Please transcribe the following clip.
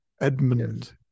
edmund